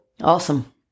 Awesome